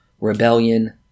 Rebellion